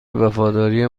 وفاداری